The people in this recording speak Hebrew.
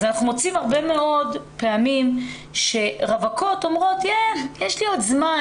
אז אנחנו מוצאים הרבה מאוד פעמים שרווקות אומרות 'יש לי עוד זמן',